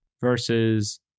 versus